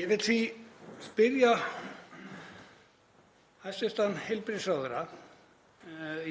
Ég vil því spyrja hæstv. heilbrigðisráðherra